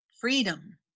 freedom